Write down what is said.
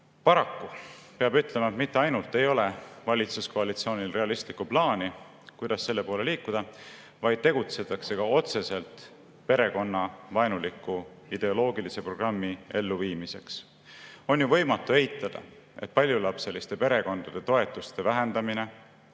Paraku peab ütlema, et mitte ainult ei ole valitsuskoalitsioonil realistlikku plaani, kuidas selle poole liikuda, vaid tegutsetakse ka otseselt perekonnavaenuliku ideoloogilise programmi elluviimise nimel. On ju võimatu eitada, et paljulapseliste perekondade toetuste vähendamine,